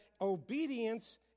obedience